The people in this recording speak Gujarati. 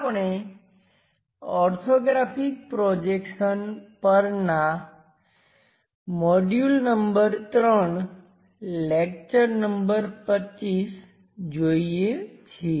આપણે ઓર્થોગ્રાફિક પ્રોજેક્શન્સ પરનાં મોડ્યુલ નંબર 3 લેક્ચર નંબર 25 જોઈએ છીએ